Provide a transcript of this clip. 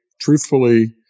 truthfully